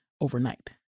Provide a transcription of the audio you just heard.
overnight